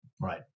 Right